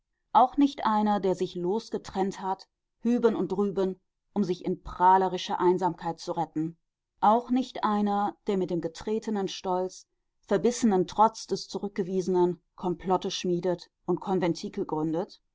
auch nicht einer der sich losgetrennt hat hüben und drüben um sich in prahlerische einsamkeit zu retten auch nicht einer der mit dem getretenen stolz verbissenen trotz des zurückgewiesen komplotte schmiedet und konventikel gründet